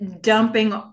dumping